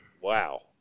Wow